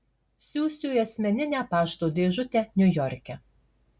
siųsiu į asmeninę pašto dėžutę niujorke